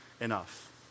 enough